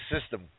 system